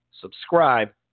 subscribe